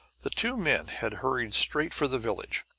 the two men had hurried straight for the village.